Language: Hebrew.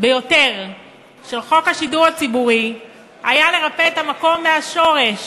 של חוק השידור הציבורי הייתה לרפא את המקום מהשורש